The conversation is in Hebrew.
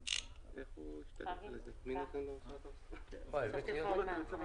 שיטות ודרישות, מדצמבר 2015", כתוקפו מזמן